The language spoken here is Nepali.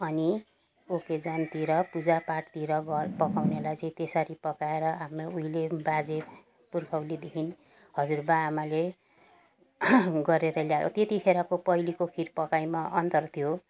अनि अकेजनतिर पूजापाठतिर गर पकाउनेलाई चाहिँ त्यसरी पकाएर हामी उहिले बाजे पुर्खौलीदेखि हजुरबाआमाले गरेर ल्याएको त्यतिखेरको पहिलेको खिर पकाइमा अन्तर थियो